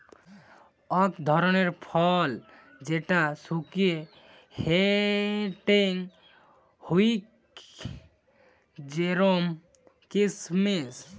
অক ধরণের ফল যেটা শুকিয়ে হেংটেং হউক জেরোম কিসমিস